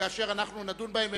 כאשר אנחנו נדון בהם,